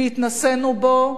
והתנסינו בו,